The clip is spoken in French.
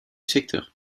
secteur